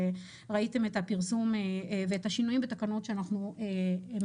שאדם שהוא מחלים טרי הבדיקה שלו יכולה לצאת חיובית ולכן יצרנו